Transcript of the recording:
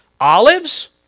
olives